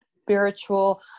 spiritual